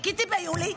חיכיתי ביולי,